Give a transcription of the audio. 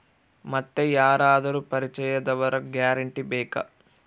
ಮತ್ತೆ ಯಾರಾದರೂ ಪರಿಚಯದವರ ಗ್ಯಾರಂಟಿ ಬೇಕಾ?